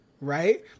right